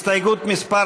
הסתייגות מס'